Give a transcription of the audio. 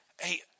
Hey